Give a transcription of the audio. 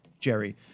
Jerry